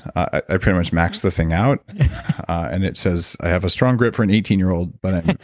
i pretty much maxed the thing out and it says i have a strong grip for an eighteen year old, but i'm.